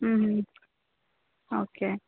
okay